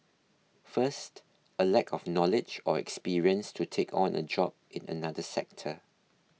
first a lack of knowledge or experience to take on a job in another sector